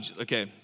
okay